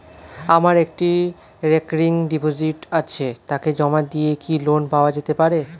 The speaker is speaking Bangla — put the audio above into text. আমার একটি রেকরিং ডিপোজিট আছে তাকে জমা দিয়ে কি লোন পাওয়া যেতে পারে?